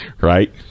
right